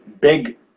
big